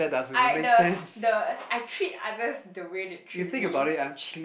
I the the I treat others the way they treat me